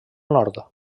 nord